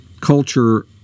culture